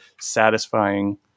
satisfying